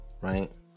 Right